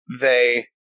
They-